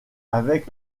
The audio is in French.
avec